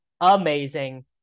amazing